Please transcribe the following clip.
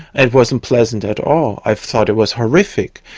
it wasn't pleasant at all, i thought it was horrific.